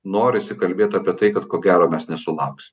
norisi kalbėti apie tai kad ko gero mes nesulauksim